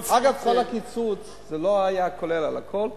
אגב, כל הקיצוץ לא היה כולל על הכול,